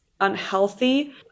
unhealthy